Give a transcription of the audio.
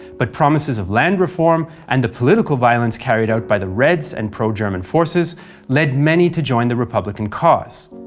but promises of land reform and the political violence carried out by the reds and pro-german forces led many to join the republican cause.